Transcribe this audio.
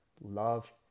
love